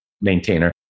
maintainer